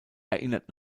erinnert